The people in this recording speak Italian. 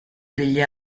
degli